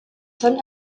son